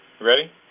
Ready